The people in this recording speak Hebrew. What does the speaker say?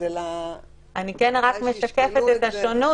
אני כן רק משקפת את השונות,